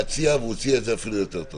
חשבתי להציע, והוא הציע אפילו יותר טוב.